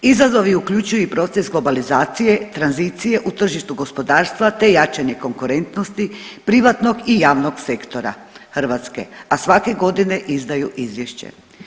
Izazovi uključuju i proces globalizacije, tranzicije u tržištu gospodarstva te jačanje konkurentnosti privatnog i javnog sektora Hrvatske, a svake godine izdaju izvješće.